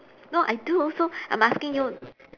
no I do also I'm asking you